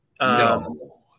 No